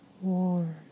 warm